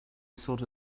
sort